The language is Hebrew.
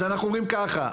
אז אנחנו אומרים ככה,